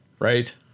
Right